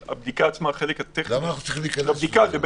למה צריך להיכנס לזה?